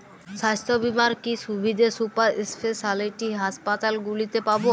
স্বাস্থ্য বীমার কি কি সুবিধে সুপার স্পেশালিটি হাসপাতালগুলিতে পাব?